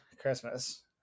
Christmas